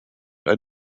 ein